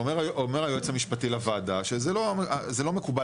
אומר היועץ המשפטי לוועדה שזה לא מקובל